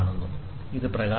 അതിനാൽ ഇത് പ്രകാശമാണ്